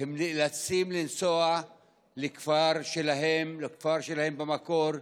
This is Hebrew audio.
והם נאלצים לנסוע לכפר שלהם, לכפר שלהם במקור,